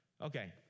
Okay